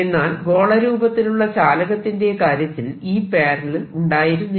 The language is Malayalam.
എന്നാൽ ഗോള രൂപത്തിലുള്ള ചാലകത്തിന്റെ കാര്യത്തിൽ E∥ ഉണ്ടായിരുന്നില്ല